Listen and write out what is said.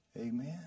Amen